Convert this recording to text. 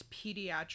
pediatric